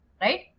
right